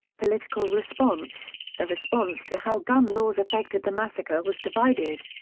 political response the response to how gun laws affected the massacre was divided.